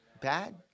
bad